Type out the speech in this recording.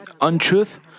untruth